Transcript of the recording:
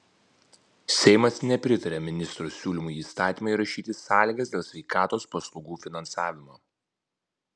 seimas nepritarė ministro siūlymui į įstatymą įrašyti sąlygas dėl sveikatos paslaugų finansavimo